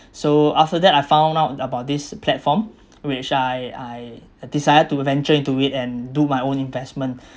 so after that I found out about this platform which I I decided to venture into it and do my own investment